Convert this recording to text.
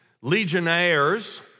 legionnaires